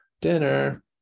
Dinner